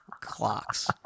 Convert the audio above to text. clocks